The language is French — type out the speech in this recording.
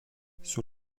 sur